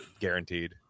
guaranteed